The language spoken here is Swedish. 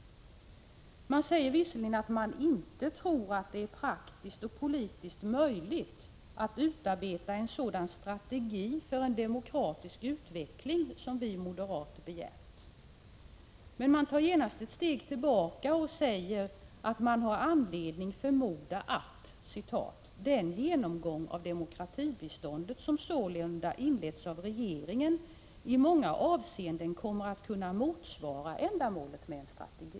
Man säger visserligen att man inte tror att det är praktiskt och politiskt möjligt att utarbeta en sådan strategi för en demokratisk utveckling som vi moderater begärt. Men man tar genast ett steg tillbaka och säger ”att man har anledning förmoda att den genomgång av demokratibeståndet, som sålunda inletts av regeringen, i många avseenden kommer att kunna motsvara ändamålet med en strategi”.